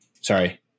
sorry